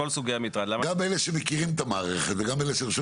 גם אלה שמכירים את המערכת וגם אלה שלא